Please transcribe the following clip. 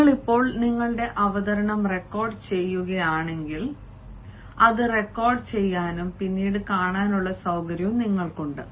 നിങ്ങൾ ഇപ്പോൾ നിങ്ങളുടെ അവതരണം റെക്കോർഡു ചെയ്യുകയാണെങ്കിൽ അത് റെക്കോർഡു ചെയ്യാനും പിന്നീട് കാണാനുമുള്ള സൌകര്യം നിങ്ങൾക്കുണ്ട്